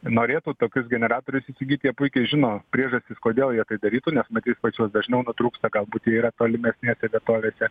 norėtų tokius generatorius įsigyt jie puikiai žino priežastis kodėl jie tai darytų nes matyt pas juos dažniau nutrūksta galbūt jie yra tolimesnėse vietovėse